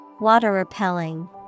Water-repelling